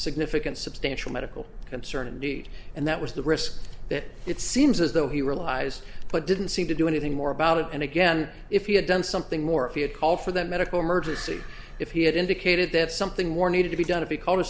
significant substantial medical concern indeed and that was the risk that it seems as though he realized but didn't seem to do anything more about it and again if he had done something more if you'd call for that medical emergency if he had indicated that something more needed to be done to be called a